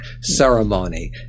ceremony